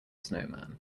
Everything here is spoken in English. snowman